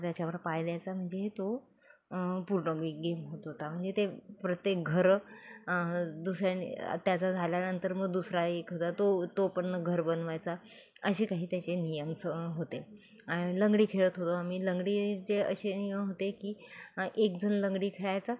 त्याच्यावर पाय द्यायचा म्हणजे तो पूर्ण एक गेम होत होता म्हणजे ते प्रत्येक घरं दुसऱ्यांनी त्याचा झाल्यानंतर मग दुसरा एक होता तो तो पण घर बनवायचा असे काही त्याचे नियमचं होते आणि लंगडी खेळत होतो आम्ही लंगडीचे असे नियम होते की एकजण लंगडी खेळायचा